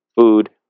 food